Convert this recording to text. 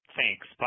Thanks